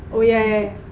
oh yeah yeah